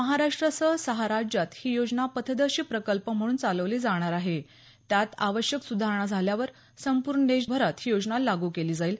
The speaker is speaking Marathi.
महाराष्ट्रासह सहा राज्यात ही योजना पथदर्शी प्रकल्प म्हणून चालवली जाणार आहे त्यात आवश्यक सुधारणा झाल्यावर संपूर्ण देशभरात ही योजना लागू केली जाईल